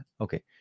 Okay